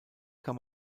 kam